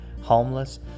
homeless